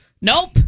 nope